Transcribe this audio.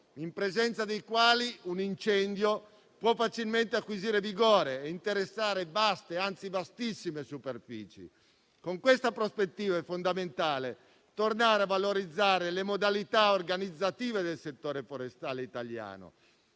in presenza dei quali un incendio può facilmente acquisire vigore ed interessare vastissime superfici. In questa prospettiva è fondamentale tornare a valorizzare le modalità organizzative del settore forestale italiano,